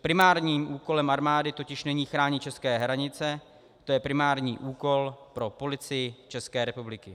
Primárním úkolem armády totiž není chránit české hranice, to je primární úkol pro Policii České republiky.